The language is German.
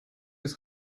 ist